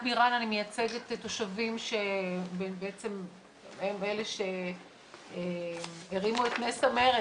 אני מייצגת את התושבים שהם אלה שהרימו את נס המרד,